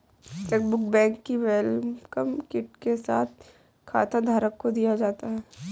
chequebook bank की welcome kit के साथ खाताधारक को दिया जाता है